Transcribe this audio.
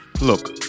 Look